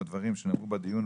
או הדברים שנאמרו בדיון,